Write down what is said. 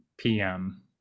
PM